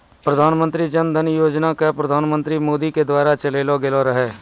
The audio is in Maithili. प्रधानमन्त्री जन धन योजना के प्रधानमन्त्री मोदी के द्वारा चलैलो गेलो रहै